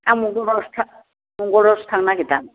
आं मंगलबारआवसो थांनो नागिरदों